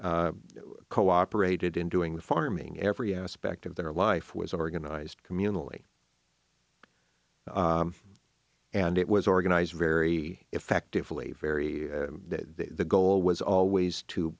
they cooperated in doing the farming every aspect of their life was organized communally and it was organized very effectively very that the goal was always to